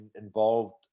involved